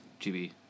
GB